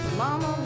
mama